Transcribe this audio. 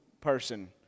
person